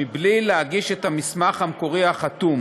מבלי להגיש את המסמך המקורי החתום.